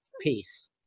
Peace